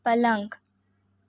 પલંગ